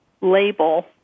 label